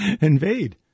invade